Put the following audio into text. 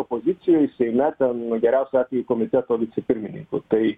opozicijoj seime ten geriausiu atveju į komiteto vicepirmininku tai